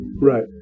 Right